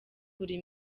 buri